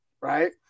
right